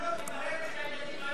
לגנות את הרצח של הילדים,